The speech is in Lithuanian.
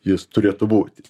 jis turėtų būti